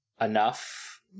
enough